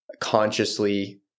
consciously